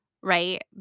right